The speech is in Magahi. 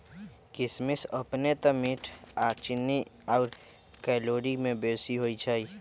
किशमिश अपने तऽ मीठ आऽ चीन्नी आउर कैलोरी में बेशी होइ छइ